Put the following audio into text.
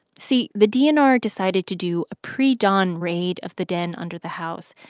see, the dnr decided to do a pre-dawn raid of the den under the house,